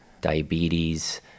diabetes